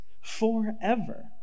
forever